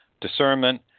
discernment